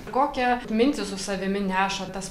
kokią mintį su savimi nešatės